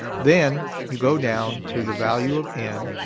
then you go down to the value of n,